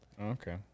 Okay